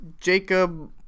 jacob